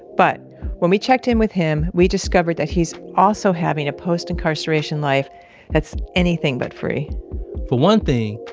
but when we checked in with him, we discovered that he's also having a post-incarceration life that's anything but free for one thing,